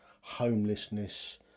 homelessness